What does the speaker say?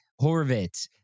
Horvitz